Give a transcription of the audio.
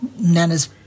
Nana's